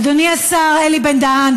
אדוני השר אלי בן-דהן,